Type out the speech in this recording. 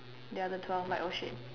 the other twelve like oh shit